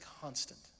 constant